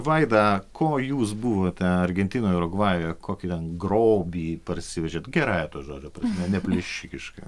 vaida ko jūs buvote argentinoje urugvajuje kokį ten grobį parsivežėt gerąja to žodžio prasme ne plėšikiška